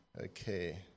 Okay